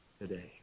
today